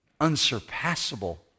unsurpassable